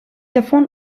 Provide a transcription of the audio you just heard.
davon